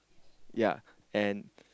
ya and